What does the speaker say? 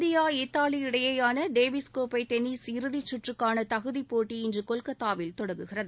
India Italy இடையேயான Davis கோப்பை tennis இறுதி சுற்றுக்கான தகுதிப் போட்டி இன்று கொல்கத்தாவில் தொடங்குகிறது